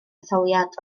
etholiad